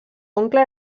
oncle